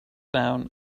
down